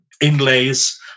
inlays